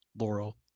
laurel